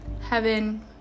heaven